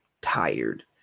tired